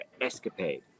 escapade